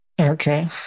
Okay